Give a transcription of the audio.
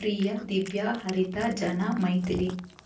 Priya Divya Haritha Jana Maithili